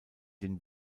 den